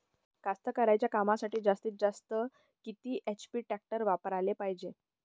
कास्तकारीच्या कामासाठी जास्तीत जास्त किती एच.पी टॅक्टर वापराले पायजे?